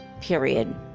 Period